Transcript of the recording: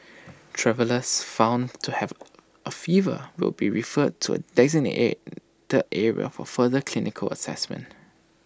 travellers found to have A fever will be referred to A area for further clinical Assessment